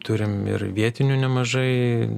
turim ir vietinių nemažai